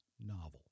novel